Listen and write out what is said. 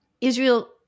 Israel